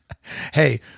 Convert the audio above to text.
Hey